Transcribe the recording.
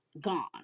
gone